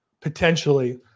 potentially